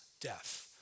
death